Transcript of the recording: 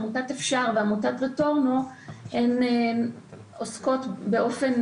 עמותת אפשר ועמותת רטורנו עוסקות באופן